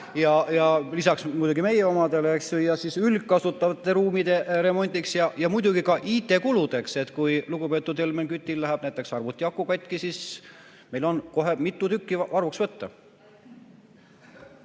lisaks muidugi meie omadele, ja üldkasutatavate ruumide remondiks ja muidugi ka IT kuludeks. Kui lugupeetud Helmen Kütil läheb näiteks arvuti aku katki, siis meil on kohe mitu tükki varuks võtta.